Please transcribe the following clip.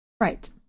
Right